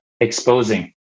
exposing